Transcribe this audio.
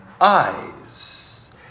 eyes